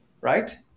Right